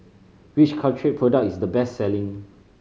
which Caltrate product is the best selling